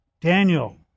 Daniel